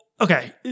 okay